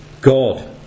God